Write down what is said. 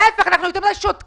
להיפך, אנחנו יותר מדי שותקים.